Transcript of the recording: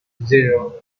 zero